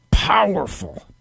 powerful